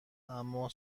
اما